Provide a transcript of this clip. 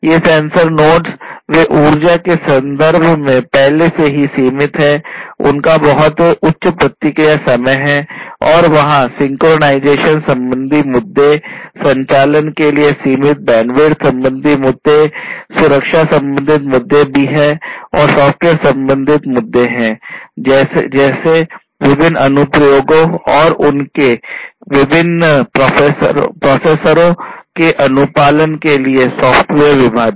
ये sensor nodes वे ऊर्जा के संदर्भ में पहले से ही सीमित हैं उनका बहुत उच्च प्रतिक्रिया समय है और वहाँ सिंक्रनाइज़ेशन संबंधित मुद्दे संचालन के लिए सीमित बैंडविड्थ संबंधित मुद्दे सुरक्षा संबंधित मुद्दे भी हैं और सॉफ्टवेयर संबंधित मुद्दे हैं जैसे विभिन्न अनुप्रयोगों और उनके विभिन्न प्रोसेसरों के अनुपालन के लिए सॉफ्टवेयर विभाजन